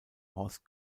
horst